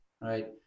right